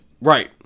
Right